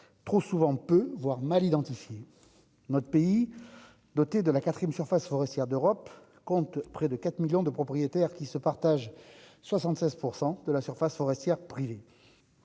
trop souvent peu, voire mal identifié notre pays doté de la 4ème surfaces forestières d'Europe compte près de 4 millions de propriétaires qui se partagent 76 % de la surface forestière privée.